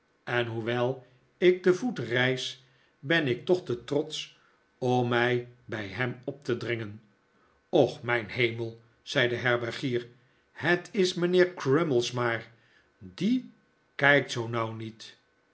en hoewel ik te voet reis ben ik toch te trotsch om mij bij hem op te dringen och mijn hemel zei de herbergier het is mijnheer crummies maar d i e kijkt zoo nauw niet